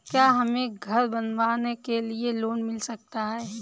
क्या हमें घर बनवाने के लिए लोन मिल सकता है?